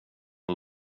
och